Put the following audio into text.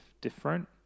different